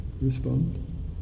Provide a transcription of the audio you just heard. respond